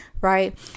Right